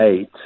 eight